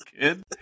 kid